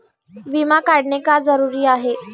विमा काढणे का जरुरी आहे?